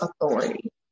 authority